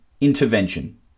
intervention